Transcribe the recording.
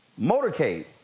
motorcade